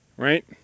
Right